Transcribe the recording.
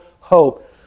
hope